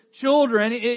children